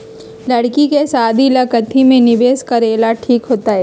लड़की के शादी ला काथी में निवेस करेला ठीक होतई?